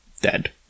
dead